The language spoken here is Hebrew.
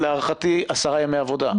להערכתי, עשרה ימי עבודה.